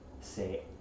say